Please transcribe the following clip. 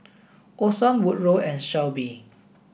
Orson Woodrow and Shelbie